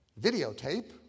videotape